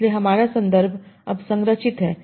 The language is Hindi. इसलिए हमारा संदर्भ अब संरचित है